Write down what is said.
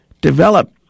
develop